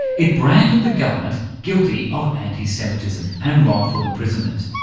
it branded the government guilty of anti-semitism and wrongful imprisonment.